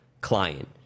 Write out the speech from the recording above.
client